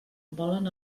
volen